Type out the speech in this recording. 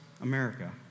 America